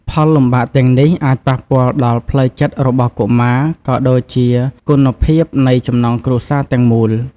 ផលលំបាកទាំងនេះ អាចប៉ះពាល់ដល់ផ្លូវចិត្តរបស់កុមារ ក៏ដូចជាគុណភាពនៃចំណងគ្រួសារទាំងមូល។